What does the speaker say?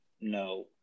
no